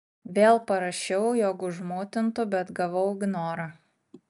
vėl parašiau jog užmutintu bet gavau ignorą